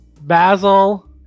Basil